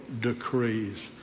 decrees